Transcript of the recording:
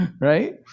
right